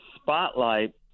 spotlight